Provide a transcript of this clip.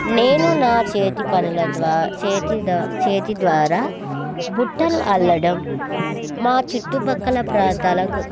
నేను నా చేతి పనుల దవా చేతి ద చేతి ద్వారా బుట్టలు అల్లడం మా చుట్టు ప్రక్కల ప్రాంతాలకు